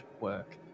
work